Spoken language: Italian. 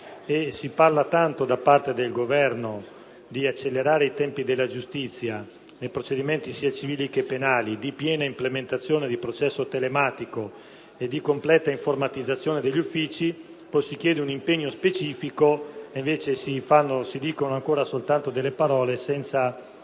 Si parla tanto, da parte del Governo, di accelerare i tempi della giustizia nei procedimenti sia civili che penali, di piena implementazione del processo telematico e di completa informatizzazione degli uffici, e poi, quando si chiede un impegno specifico, si dicono soltanto parole, senza